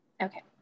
Okay